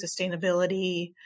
sustainability